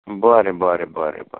बरें बरें बरें बरें